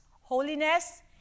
Holiness